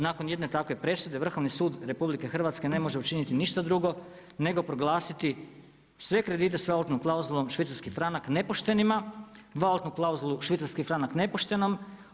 Nakon jedne takve presude Vrhovni sud RH ne može učiniti ništa drugo nego proglasiti sve kredite s valutnom klauzulom švicarski franak nepoštenima, valutnu klauzulu švicarski franak nepoštenom.